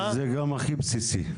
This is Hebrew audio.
זה גם הכי בסיסי.